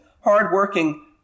hardworking